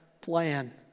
plan